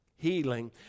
healing